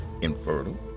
infertile